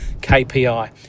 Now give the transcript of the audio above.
KPI